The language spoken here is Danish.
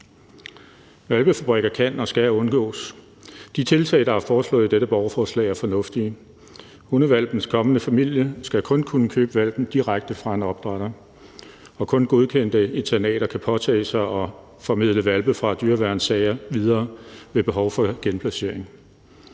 Hvalpefabrikker kan og skal undgås. De tiltag, der er foreslået i dette borgerforslag, er fornuftige. Hundehvalpens kommende familie skal kun kunne købe hvalpen direkte fra en opdrætter, og kun godkendte internater kan påtage sig at formidle hvalpe fra dyreværnssager videre ved behov for genplacering.